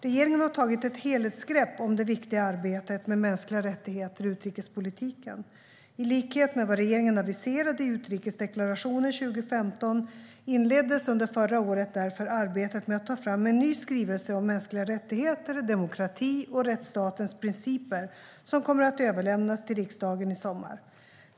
Regeringen har tagit ett helhetsgrepp om det viktiga arbetet med mänskliga rättigheter i utrikespolitiken. I likhet med vad regeringen aviserade i utrikesdeklarationen 2015 inleddes under förra året därför arbetet med att ta fram en ny skrivelse om mänskliga rättigheter, demokrati och rättsstatens principer som kommer att överlämnas till riksdagen i sommar.